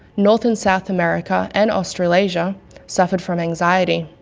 north and south america, and australasia suffered from anxiety.